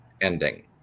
ending